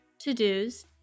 to-dos